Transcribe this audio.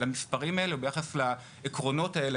למספרים האלה או ביחס לעקרונות האלה,